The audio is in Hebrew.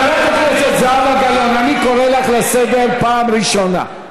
בכל דבר אתה מסית נגד בית-המשפט.